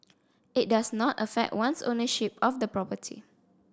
it does not affect one's ownership of the property